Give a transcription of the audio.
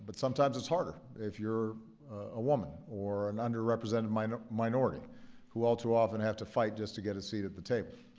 but sometimes it's harder if you're a woman or an underrepresented minority who all too often have to fight just to get a seat at the table.